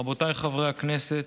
רבותיי חברי הכנסת,